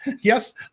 Yes